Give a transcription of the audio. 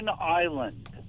Island